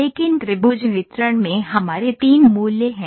लेकिन त्रिभुज वितरण में हमारे तीन मूल्य हैं